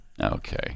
Okay